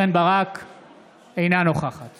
אינה נוכחת